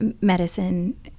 medicine